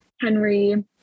Henry